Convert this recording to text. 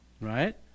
Right